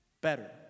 better